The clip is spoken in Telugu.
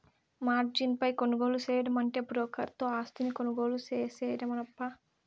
మార్జిన్ పై కొనుగోలు సేయడమంటే బ్రోకర్ తో ఆస్తిని కొనుగోలు సేయడమేనప్పా